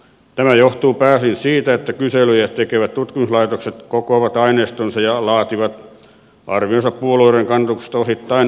tämä johtuu pääosin siitä että kyselyjä tekevät tutkimuslaitokset kokoavat aineistonsa ja laativat arvionsa puolueiden kannatuksesta osittain erilaisin menetelmin